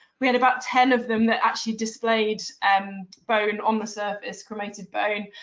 we had about ten of them that actually displayed and bone on the surface, cremated bone.